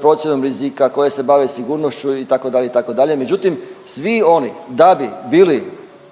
procjenom rizika, koje se bave sigurnošću itd. itd. Međutim, svi oni da bi bili